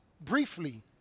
briefly